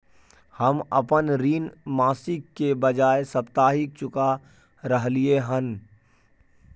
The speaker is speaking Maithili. हम अपन ऋण मासिक के बजाय साप्ताहिक चुका रहलियै हन